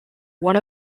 one